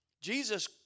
Jesus